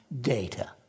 data